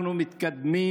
אנחנו מתקדמים